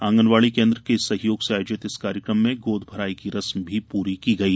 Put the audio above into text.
आंगनवाड़ी केंद्र के सहयोग से आयोजित इस कार्यक्रम में गोद भराई की रस्म भी पूरी की गई